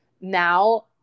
now